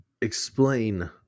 explain